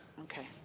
Okay